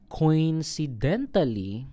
coincidentally